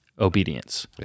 obedience